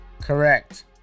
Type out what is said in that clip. Correct